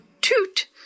toot